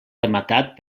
rematat